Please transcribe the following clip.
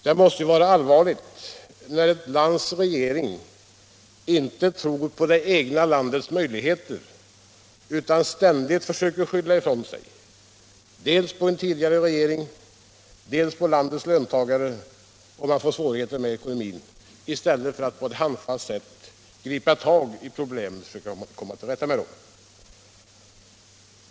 Det måste vara allvarligt när ett lands regering inte tror på det egna landets möjligheter utan ständigt försöker skylla ifrån sig, dels på en tidigare regering, dels på landets löntagare, om man fått svårigheter med ekonomin, i stället för att på ett handfast sätt försöka komma till rätta med problemen.